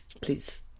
please